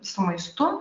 su maistu